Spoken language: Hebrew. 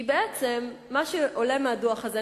כי בעצם מה שעולה מהדוח הזה,